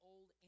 Old